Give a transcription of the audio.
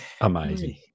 Amazing